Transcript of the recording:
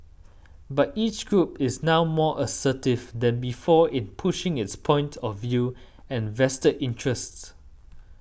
but each group is now more assertive than before in pushing its point of view and vested interests